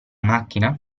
macchina